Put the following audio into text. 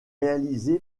réalisé